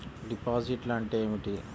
డిపాజిట్లు అంటే ఏమిటి?